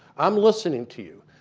i'm listening to you.